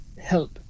help